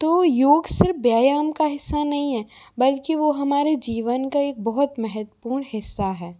तो योग सिर्फ व्यायाम का हिस्सा नहीं है बल्कि वो हमारे जीवन का एक बहुत महत्वपूर्ण हिस्सा है